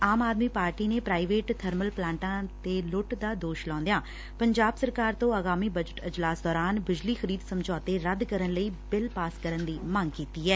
ਆਮ Aadmi party ਨੇ private ਬਰਮਲ ਪਲਾਂਟਾਂ ਤੇ ਲੁੱਟ ਦਾ ਦੋਸ਼ ਲਾਉਂਦਿਆਂ ਪੰਜਾਬ ਸਰਕਾਰ ਤੋਂ ਆਗਾਮੀ ਬਜਟ ਅਜਲਾਸ ਦੰਰਾਨ ਬਿਜਲੀ ਖਰੀਦ ਸਮਝੋਤੇ ਰੱਦ ਕਰਨ ਲਈ ਬਿੱਲ ਪਾਸ ਕਰਨ ਦੀ ਮੰਗ ਕੀਡੀ ਐ